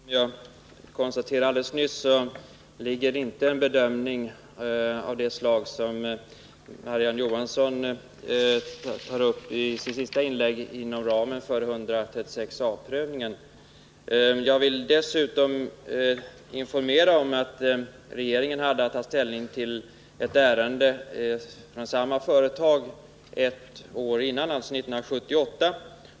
Herr talman! Som jag konstaterade alldeles nyss ligger en bedömning av det slag som Marie-Ann Johansson tar upp i det senaste inlägget inte inom ramen för en prövning enligt 136 a §. Jag vill dessutom informera om att regeringen hade att ta ställning till ett ärende avseende samma företag på samma ort för ett år sedan, alltså 1978.